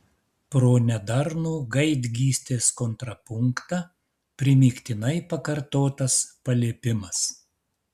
pro nedarnų gaidgystės kontrapunktą primygtinai pakartotas paliepimas